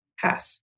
Pass